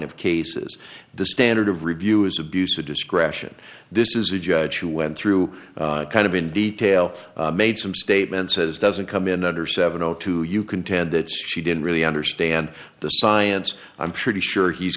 of cases the standard of review is abuse of discretion this is a judge who went through kind of in detail made some statements says doesn't come in under seven o two you contend that she didn't really understand the science i'm pretty sure he's